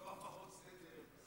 אלו לא הפרות סדר, סגן